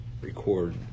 Record